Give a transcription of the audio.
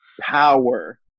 power